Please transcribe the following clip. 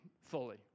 fully